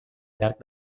llarg